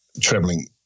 traveling